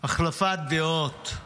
החלפת דעות,